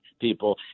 people